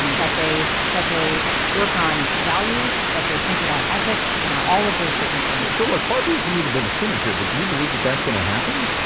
um that they that they work on values, that they think about ethics. you know, all of those different things so look, far be it from me to be the cynic here, but do you believe that that's going to happen?